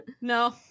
No